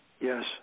Yes